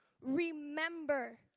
remember